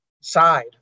side